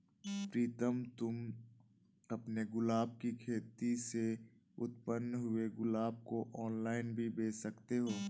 प्रीतम तुम अपने गुलाब की खेती से उत्पन्न हुए गुलाब को ऑनलाइन भी बेंच सकते हो